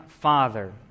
Father